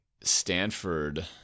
Stanford